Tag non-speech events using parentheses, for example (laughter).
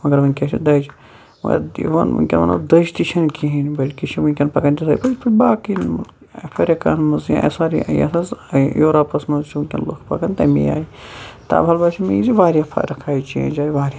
مَگَر وٕنکیٚس چھِ دَجہِ ونکیٚن وَنو دٔج تہِ چھَنہِ کِہیٖنۍ بلکہِ چھِ ونکیٚن پَکان تِتھے پٲٹھۍ یتھ پٲٹھۍ باقٕے (unintelligible) یَتھ حظ یورَپَس مَنٛز چھِ ونکیٚن لُکھ پَکان تمے آیہِ تاب حال باسیٚو مےٚ یہِ زِ واریاہ فَرَق آے چینٛج آے واریاہ